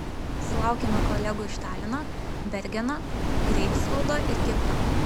sulaukėme kolegų iš talino bergeno greifsvaldo ir kipro